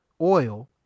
oil